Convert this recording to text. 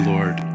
Lord